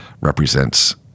represents